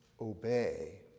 obey